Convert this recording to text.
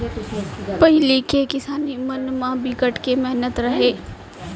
पहिली के किसानी म बिकट के मेहनत रहय